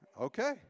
Okay